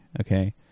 okay